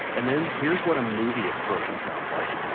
and then, here's what a movie explosion sounds like.